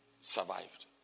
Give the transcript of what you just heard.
survived